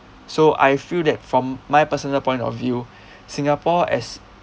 so I feel that from my personal point of view singapore as